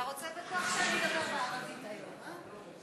אתה רוצה בכוח שאני אדבר בערבית היום, אה?